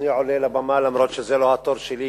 אני עולה לבימה אף-על-פי שזה לא התור שלי,